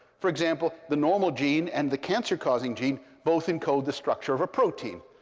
for example, the normal gene and the cancer causing gene both encode the structure of a protein.